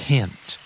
Hint